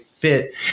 fit